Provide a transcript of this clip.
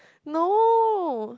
no